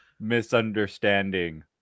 misunderstanding